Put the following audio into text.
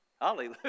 Hallelujah